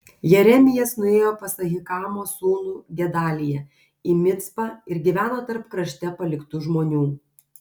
jeremijas nuėjo pas ahikamo sūnų gedaliją į micpą ir gyveno tarp krašte paliktų žmonių